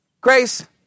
grace